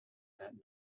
that